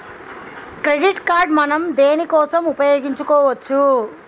Credit card మనం దేనికోసం ఉపయోగించుకోవచ్చు?